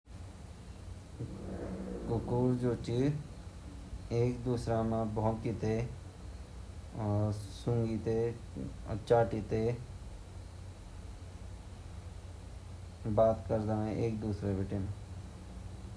कुत्ता छीन ऊ आपस मा भोक्दा छिन भोकिते उ अपा बल दूसरा ते कुत्ता ते इंसानु ते पहोचनदा अर जब उते हमू से बात कन ता उ हमा शरीर ते टच टच करदा अर हमू ते ना रगड़ रगड़ के हमा शरीर पर चलदा चीन ऊ, अर हमा खुटा चाटाला ता इनके उते मतलब अपा प्यार जातोंदा ऊ अपा गुस्सा जातोंदा ऊ सब चीज़ देखंड इन के।